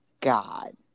God